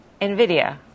NVIDIA